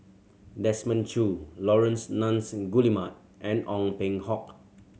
Desmond Choo Laurence Nunns Guillemard and Ong Peng Hock